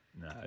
No